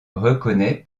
reconnaît